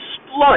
exploit